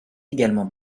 également